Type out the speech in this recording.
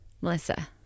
Melissa